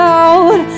out